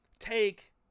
Take